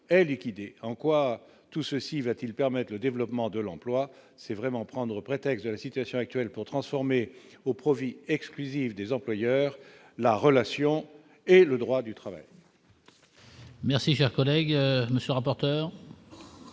est liquidée en quoi tout ceci va-t-il permette le développement de l'emploi, c'est vraiment prendre prétexte de la situation actuelle pour transformer au profit exclusif des employeurs, la relation et le droit du travail.